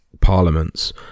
Parliaments